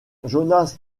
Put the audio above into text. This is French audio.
jonas